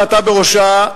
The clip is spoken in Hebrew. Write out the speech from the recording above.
ואתה בראשה,